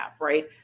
right